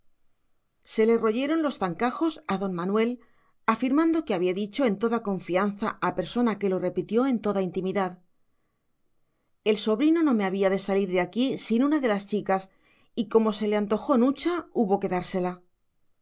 se le royeron los zancajos a don manuel afirmando que había dicho en toda confianza a persona que lo repitió en toda intimidad el sobrino no me había de salir de aquí sin una de las chicas y como se le antojó nucha hubo que dársela